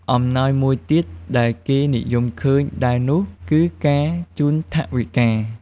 អំំណោយមួយទៀតដែលគេនិយមឃើញដែរនោះ គឺការជូនថវិកា។